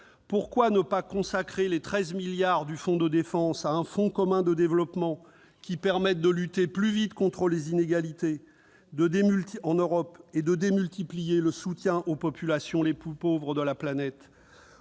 pourquoi ne pas consacrer les 13 milliards d'euros du Fonds européen de la défense à un fonds commun de développement permettant de lutter plus vite contre les inégalités en Europe et de démultiplier le soutien aux populations les plus pauvres de la planète ?